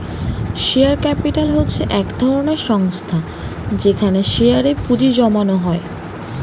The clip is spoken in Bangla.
শেয়ার ক্যাপিটাল হচ্ছে এক ধরনের সংস্থা যেখানে শেয়ারে এ পুঁজি জমানো হয়